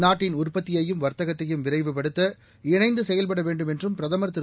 நாட்டின் உற்பத்தியையும் வர்த்தகத்தையும் விரைவுபடுத்த இணைந்து செயல்பட வேண்டும் என்றும் பிரதமர் திரு